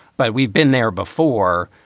but we've been there before.